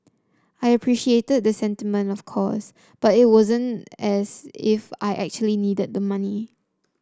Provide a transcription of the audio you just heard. I appreciated the sentiment of course but it wasn't as if I actually needed the money